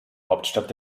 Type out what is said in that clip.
hauptstadt